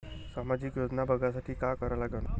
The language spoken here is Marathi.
सामाजिक योजना बघासाठी का करा लागन?